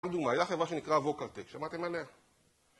הייתה חברה שנקרא ווקרטק, שמעתם עליה?